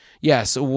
Yes